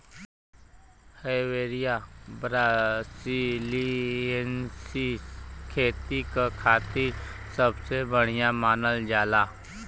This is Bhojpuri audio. हेविया ब्रासिलिएन्सिस खेती क खातिर सबसे बढ़िया मानल जाला